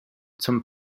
zum